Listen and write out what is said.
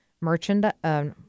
merchandise